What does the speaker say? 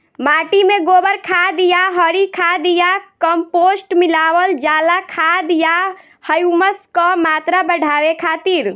माटी में गोबर खाद या हरी खाद या कम्पोस्ट मिलावल जाला खाद या ह्यूमस क मात्रा बढ़ावे खातिर?